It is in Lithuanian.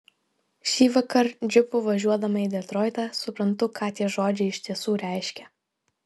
šįvakar džipu važiuodama į detroitą suprantu ką tie žodžiai iš tiesų reiškia